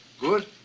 Good